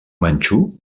manxú